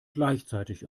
gleichzeitig